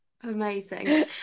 amazing